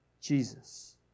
Jesus